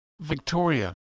Victoria